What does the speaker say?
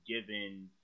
given